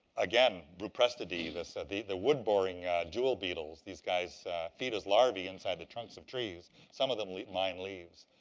again, buprestidae, this ah the the wood boring jewel beetles. these guys feed as larvae inside the trunks of trees. some of them mine leaves.